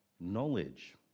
Knowledge